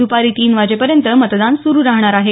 द्पारी तीन वाजेपर्यंत मतदान सुरू राहणार आहे